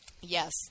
Yes